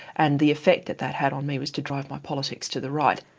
and the effect that that had on me was to drive my politics to the right.